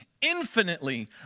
infinitely